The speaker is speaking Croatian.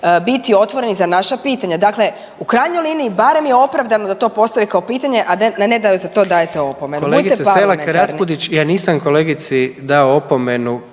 biti otvoreni za naša pitanja. Dakle, u krajnjoj liniji, barem je opravdano da to postave kao pitanje, a ne da joj za to dajete opomenu.